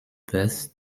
birth